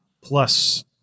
plus